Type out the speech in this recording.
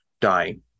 dying